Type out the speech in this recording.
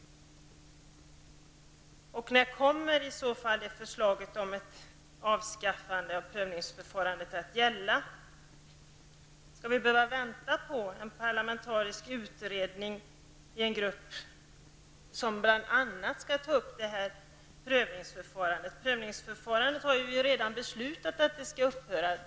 När kommer i så fall förslaget om ett avskaffande av prövningsförfarandet att gälla? Skall vi behöva vänta på en parlamentarisk utredning som bl.a. skall ta upp frågan om prövningsförfarandet? Vi har ju redan beslutat om att prövningsförfarandet skall upphöra.